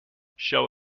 show